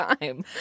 time